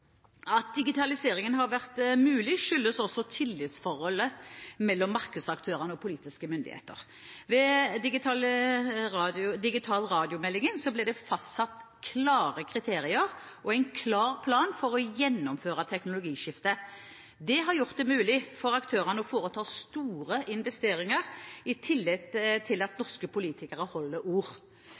At digitaliseringen har vært mulig, skyldes også tillitsforholdet mellom markedsaktørene og politiske myndigheter. Ved digitalradiomeldingen ble det fastsatt klare kriterier og en klar plan for å gjennomføre teknologiskiftet. Det har gjort det mulig for aktørene å foreta store investeringer i tillit til at norske politikere holder ord.